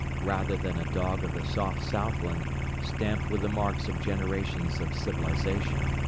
rather than a dog of the soft southland stamped with the marks of generations of civilization.